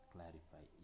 Clarify